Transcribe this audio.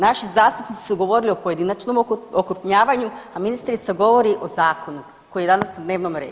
Naši zastupnici su govorili o pojedinačnom okrupnjavanju, a ministrica govori o zakonu koji je danas na dnevnom redu.